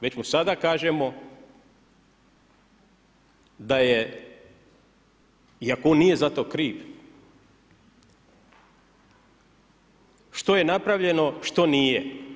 Već mu sada kažemo da je, iako on nije za to kriv, što je napravljeno, što nije.